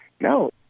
No